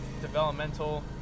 developmental